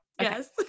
Yes